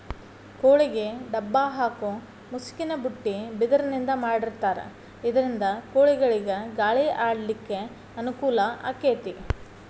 ಕೋಳಿಗೆ ಡಬ್ಬ ಹಾಕು ಮುಸುಕಿನ ಬುಟ್ಟಿ ಬಿದಿರಿಂದ ಮಾಡಿರ್ತಾರ ಇದರಿಂದ ಕೋಳಿಗಳಿಗ ಗಾಳಿ ಆಡ್ಲಿಕ್ಕೆ ಅನುಕೂಲ ಆಕ್ಕೆತಿ